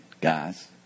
guys